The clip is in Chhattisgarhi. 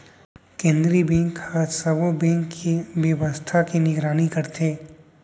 केंद्रीय बेंक ह सब्बो बेंक के बेवस्था के निगरानी करथे